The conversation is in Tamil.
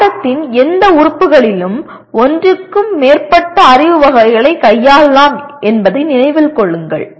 பாடத்தின் எந்த உறுப்புகளிலும் ஒன்றுக்கு மேற்பட்ட அறிவு வகைகளைக் கையாளலாம் என்பதை நினைவில் கொள்ளுங்கள்